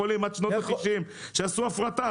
--- את קופות החולים עד שנות ה-90 שעשו הפרטה,